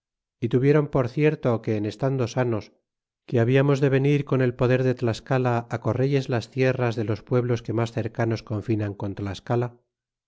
y tuvieron por cierto que en estando sanos que habiamos de venir con el poder de tlascala correlles las tierras de los pueblos que mas cercanos confinan con